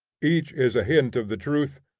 each is a hint of the truth,